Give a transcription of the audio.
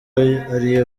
ariyo